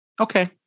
Okay